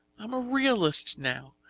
i'm a realist now.